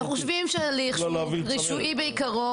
אנחנו חושבים שהליך שהוא רישויי בעיקרו,